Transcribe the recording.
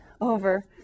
over